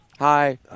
Hi